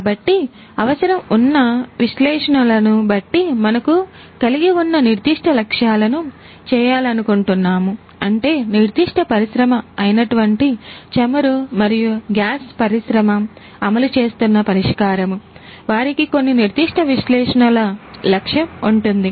కాబట్టి అవసరం ఉన్నా విశ్లేషణలను బట్టి మనకు కలిగి ఉన్న నిర్దిష్ట లక్ష్యాలను చేయాలనుకుంటున్నాము అంటే నిర్దిష్ట పరిశ్రమ అయినటువంటి చమురు మరియు గ్యాస్ పరిశ్రమ అమలు చేస్తున్నపరిష్కారము వారికి కొన్ని నిర్దిష్ట విశ్లేషణల లక్ష్యం ఉంటుంది